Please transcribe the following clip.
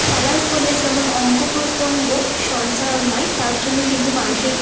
খেলার ফলে যেমন অঙ্গ প্রত্যঙ্গ সঞ্চালন হয় তার জন্য কিন্তু মানুষের